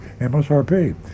MSRP